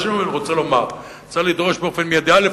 מה שאני רוצה לומר, צריך לדרוש באופן מיידי, א.